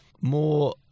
more